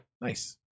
Nice